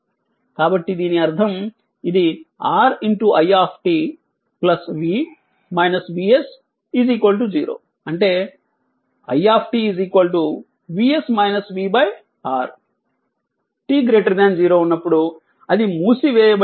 కాబట్టి దీని అర్థం ఇది R i v vs 0 అంటే i R t 0 ఉన్నప్పుడు అది మూసివేయబడినప్పుడు u 1